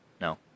no